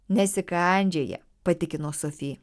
nesikandžioja patikino sofi